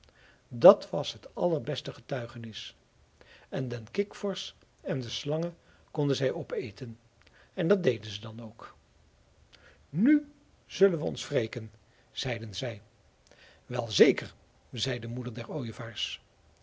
dat was het allerbeste getuigenis en den kikvorsch en de slangen konden zij opeten en dat deden ze dan ook nu zullen we ons wreken zeiden zij wel zeker zei de moeder der ooievaars